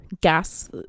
gas